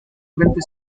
frente